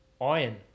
Iron